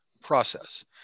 process